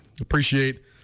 appreciate